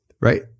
right